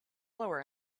lower